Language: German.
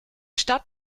stadt